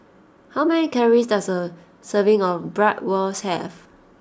how many calories does a serving of Bratwurst have